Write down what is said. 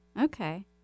Okay